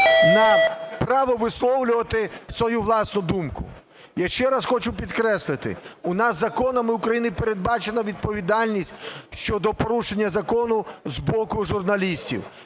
на право висловлювати свою власну думку. Я ще раз хочу підкреслити, у нас законами України передбачена відповідальність щодо порушення закону з боку журналістів,